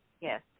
yes